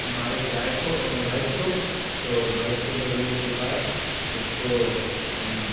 हमारे गाय को भैंस को तो भैंस को लगने के बाद उसको हम